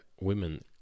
women